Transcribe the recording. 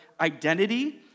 identity